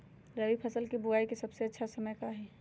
रबी फसल के बुआई के सबसे अच्छा समय का हई?